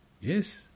Yes